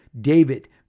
David